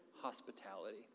hospitality